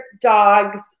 dogs